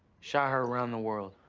shot heard around the world.